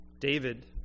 David